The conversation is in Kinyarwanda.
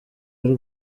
y’u